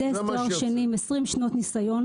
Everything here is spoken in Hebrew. מהנדס עם תואר שני ו-20 שנות ניסיון,